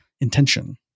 intention